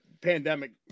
pandemic